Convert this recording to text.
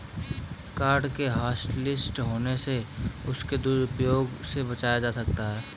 card के hotlist होने से उसके दुरूप्रयोग से बचा जा सकता है